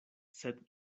sed